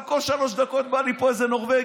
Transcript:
אבל כל שלוש דקות בא לי פה איזה נורבגי,